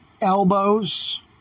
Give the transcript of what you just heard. elbows